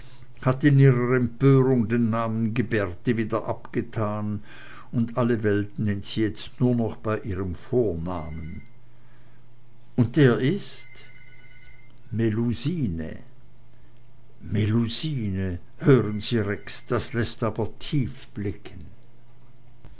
hat in ihrer empörung den namen ghiberti wieder abgetan und alle welt nennt sie jetzt nur noch bei ihrem vornamen und der ist melusine melusine hören sie rex das läßt aber tief blicken